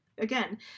Again